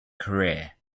career